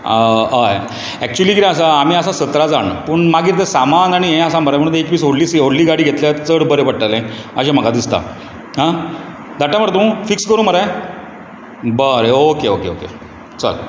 हय एक्चूली कितें आसा आमी आसा सतरा जाण पूण मागीर ते सामान आनी हे आसा मरे एकवीस ती व्हडली गाडी घेतल्यार चड बरें पडटले अशें म्हाका दिसता धाडटा मरे तूं फिक्स करुं मरे बरें ओके ओके ओके बरे चल